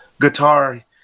guitar